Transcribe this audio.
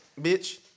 bitch